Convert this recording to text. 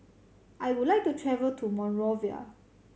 I would like to travel to Monrovia